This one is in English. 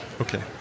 Okay